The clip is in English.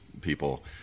people